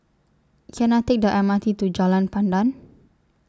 Can I Take The M R T to Jalan Pandan